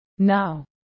Now